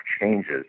changes